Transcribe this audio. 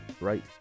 right